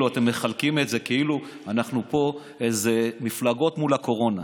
אתם מחלקים את זה כאילו אנחנו פה איזה מפלגות מול הקורונה.